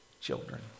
children